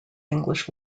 english